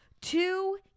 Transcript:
two